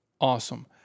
awesome